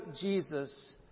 Jesus